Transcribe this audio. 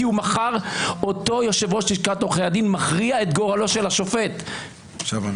כי מחר אותו יושב-ראש לשכת עורכי הדין מכריע את גורלו של השופט בשלום,